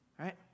right